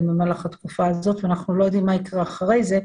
במהלך התקופה הזאת ואנחנו לא יודעים מה יקרה אחרי זה,